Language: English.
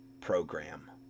program